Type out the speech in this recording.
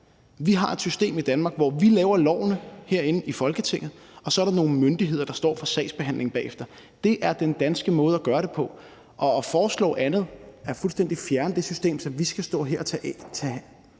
Vi har et system i Danmark, hvor vi laver lovene herinde i Folketinget, og så er der nogle myndigheder, der står for sagsbehandlingen bagefter. Det er den danske måde at gøre det på, og at foreslå andet, altså fuldstændig at fjerne det system, så vi skal stå her og tage